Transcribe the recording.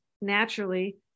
naturally